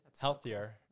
healthier